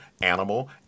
animal